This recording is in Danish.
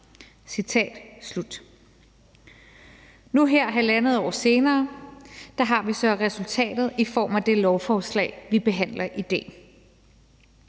Nu her halvandet år senere har vi så resultatet i form af det lovforslag, vi behandler i dag.